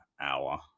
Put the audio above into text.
hour